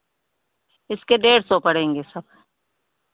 इसके डेढ़ सौ पड़ेंगे सब